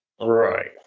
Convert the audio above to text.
Right